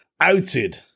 outed